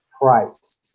price